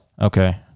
okay